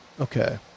Okay